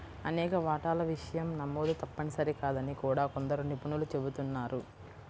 అనేక వాటాల విషయం నమోదు తప్పనిసరి కాదని కూడా కొందరు నిపుణులు చెబుతున్నారు